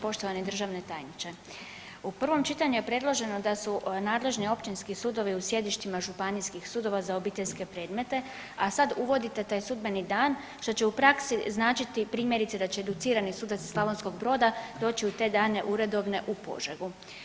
Poštovani državni tajniče, u prvom čitanju je predloženo da su nadležni općinski sudovi u sjedištima županijskih sudova za obiteljske predmete, a sad uvodite taj sudbeni dan što će u praksi značiti primjerice da će educirani sudac iz Slavonskog Broda doći u te dane uredovne u Požegu.